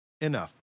enough